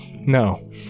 no